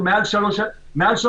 זה מעל שלוש שנים,